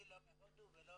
אני לא מהודו ולא